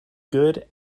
good